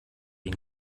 ihn